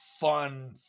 fun